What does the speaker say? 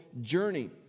journey